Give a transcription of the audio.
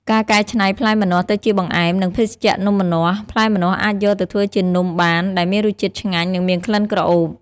ការកែច្នៃផ្លែម្នាស់ទៅជាបង្អែម និងភេសជ្ជៈនំម្នាស់ ផ្លែម្នាស់អាចយកទៅធ្វើជានំបាន ដែលមានរសជាតិឆ្ងាញ់ និងមានក្លិនក្រអូប។